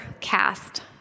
cast